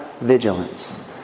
vigilance